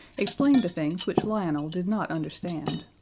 explained the things which lionel did not understand.